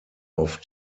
auf